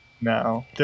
No